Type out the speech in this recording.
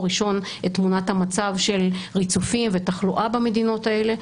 ראשון את תמונת המצב של ריצופים ותחלואה במדינות האלה.